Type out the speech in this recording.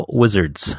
wizards